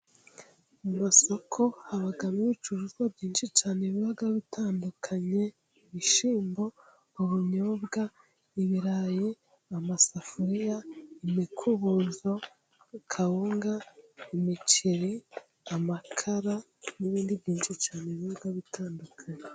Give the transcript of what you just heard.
Mu masoko habamo ibicuruzwa byinshi cyane biba bitandukanye. Ibishyimbo ,ubunyobwa, ibirayi amasafuriya ,imikubuzo ,kawunga imiceri ,amakara n'ibindi byinshi cyane bitandukanye.